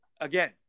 again